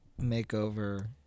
makeover